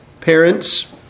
Parents